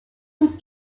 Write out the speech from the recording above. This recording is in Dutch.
doet